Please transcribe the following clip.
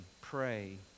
pray